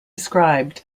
described